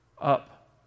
up